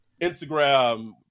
Instagram